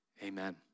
Amen